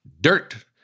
dirt